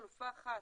חלופה אחת,